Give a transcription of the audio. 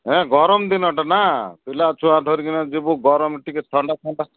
ହଁ ଗରମ ଦିନଟା ନା ପିଲା ଛୁଆ ଧରିକିନା ଯିବୁ ଗରମ ଟିକେ ଥଣ୍ଡା ଥଣ୍ଡା